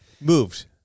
moved